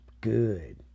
good